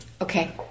Okay